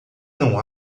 não